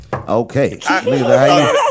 Okay